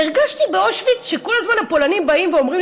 והרגשתי באושוויץ שכל הזמן הפולנים באים ואומרים,